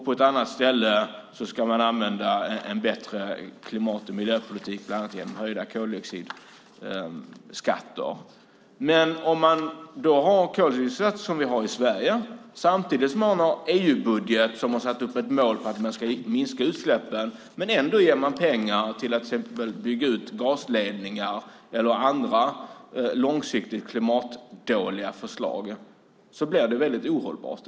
På ett annat ställe skriver man att man ska få en bättre klimat och miljöpolitik med hjälp av bland annat höjda koldioxidskatter. Men om man har en koldioxidskatt som vi har i Sverige, samtidigt som det finns en EU-budget med ett mål om att minska utsläppen, men ändå ger pengar till att bygga ut gasledning eller andra långsiktigt klimatdåliga förslag, blir det ohållbart.